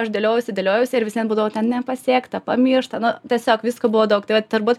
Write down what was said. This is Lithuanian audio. aš dėliojausi dėliojausi ir vis vien būdavo ten nepasiekta pamiršta nu tiesiog visko buvo daug tai vat turbūt